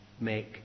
make